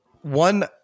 one